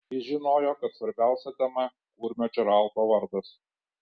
jis žinojo kad svarbiausia tema kurmio džeraldo vardas